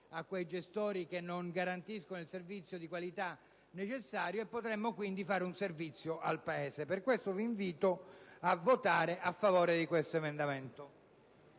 quei gestori che non garantiscono il servizio di qualità necessario, quindi facendo un servizio al Paese. Per questo vi invito a votare a favore di questo emendamento,